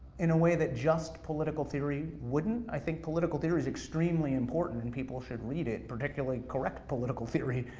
in a way that just political theory wouldn't. i think political theory's extremely important, and people should read it. particularly correct political theory